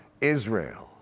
Israel